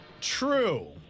true